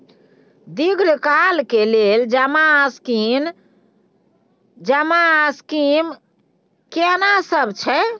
दीर्घ काल के लेल जमा स्कीम केना सब छै?